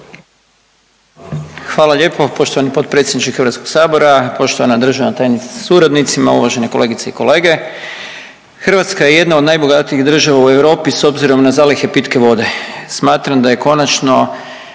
Hvala lijepo poštovani potpredsjedniče HS, poštovana državna tajnice sa suradnicima, uvažene kolegice i kolege. Hrvatska je jedna od najbogatijih država u Europi s obzirom na zalihe pitke vode. Smatram da je konačno